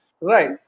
Right